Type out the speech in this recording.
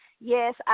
yes